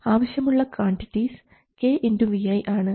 ആവശ്യമുള്ള quantities kVi ആണ്